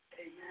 Amen